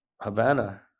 Havana